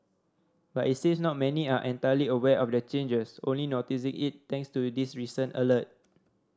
but it seems not many are entirely aware of the changes only noticing it thanks to this recent alert